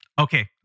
Okay